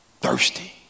Thirsty